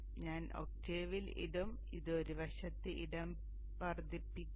ഞാൻ ഒക്റ്റേവിൽ ഇടും ഇത് ഒരു വശത്ത് ഇടം വർദ്ധിപ്പിക്കും